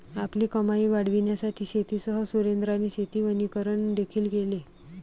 आपली कमाई वाढविण्यासाठी शेतीसह सुरेंद्राने शेती वनीकरण देखील केले